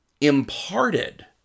imparted